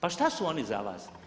Pa šta su oni za vas?